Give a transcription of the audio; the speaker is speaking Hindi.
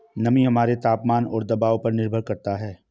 नमी हमारे तापमान और दबाव पर निर्भर करता है